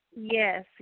Yes